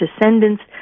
descendants